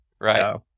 Right